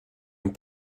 and